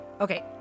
Okay